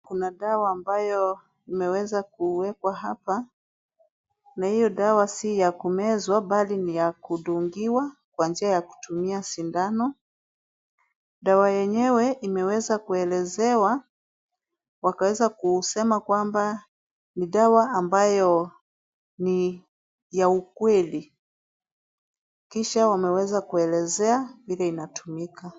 Kuna dawa ambayo imeweza kuwekwa hapa na hiyo dawa si ya kumezwa, bali ni ya kudungiwa kwa njia ya kutumia sindano. Dawa yenyewe imeweza kuelezewa, wakaweza kusema kwamba ni dawa ambayo ni ya ukweli. Kisha wameweza kuelezea vile inatumika.